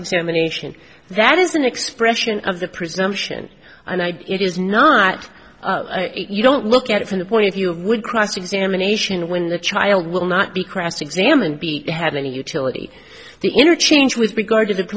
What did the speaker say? examination that is an expression of the presumption and i it is not you don't look at it from the point of view of would cross examination when the child will not be cross examined be it had any utility the interchange with regard to